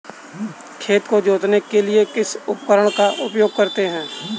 खेत को जोतने के लिए किस उपकरण का उपयोग करते हैं?